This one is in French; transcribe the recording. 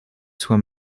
soient